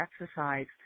exercise